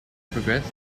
progressed